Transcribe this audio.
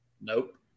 Nope